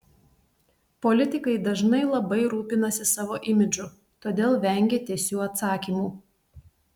politikai dažnai labai rūpinasi savo imidžu todėl vengia tiesių atsakymų